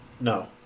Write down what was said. No